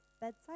bedside